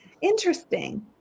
Interesting